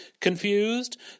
Confused